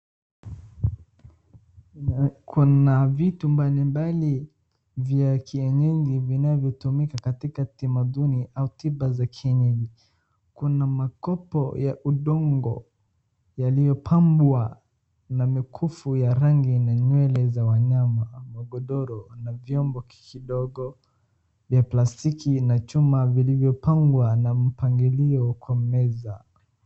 Kuna vitu mbali mbali vya kienyeji vinavyotumika katika timaduni au tiba za kienyeji. Kuna makopo ya udongo yaliyopambwa na mikufu ya rangi na nywele za wanyama. Magondoro na vyombo kidogo vya plastiki na chuma vilivyopangwa na mpangilio kwa meza.